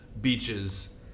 beaches